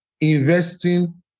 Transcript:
investing